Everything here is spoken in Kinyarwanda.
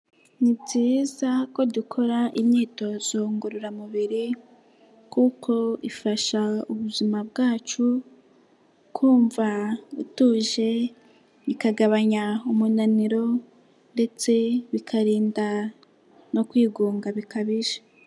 Ni byiza ko dukora imyitozo ngororamubiri kuko ifasha ubuzima bwacu kumva utuje bikagabanya umunaniro ndetse bikarinda no kwigunga bikabije.